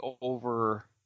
over